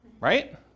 right